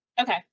Okay